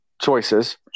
Choices